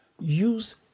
Use